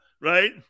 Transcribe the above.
Right